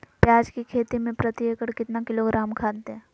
प्याज की खेती में प्रति एकड़ कितना किलोग्राम खाद दे?